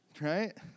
Right